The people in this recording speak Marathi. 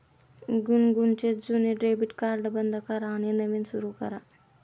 गुनगुनचे जुने डेबिट कार्ड बंद करा आणि नवीन सुरू करा